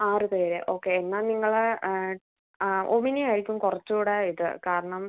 ആറ് പേര് ഓക്കെ എന്നാൽ നിങ്ങൾ ഒമിനിയായിരിക്കും കുറച്ചൂം കൂടെ ഇത് കാരണം